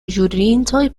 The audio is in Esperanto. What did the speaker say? ĵurintoj